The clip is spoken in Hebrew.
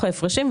לדוח ההפרשים,